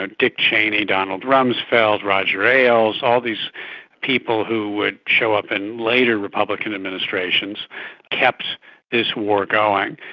ah dick cheney, donald rumsfeld, roger ailes, all these people who would show up in later republican administrations kept this war going.